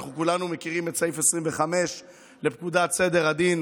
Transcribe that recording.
אנחנו כולנו מכירים את סעיף 25 לפקודת סדר הדין